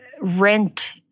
rent